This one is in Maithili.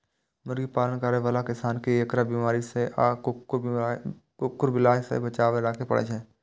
मुर्गी पालन करै बला किसान कें एकरा बीमारी सं आ कुकुर, बिलाय सं बचाके राखै पड़ै छै